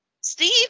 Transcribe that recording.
Steve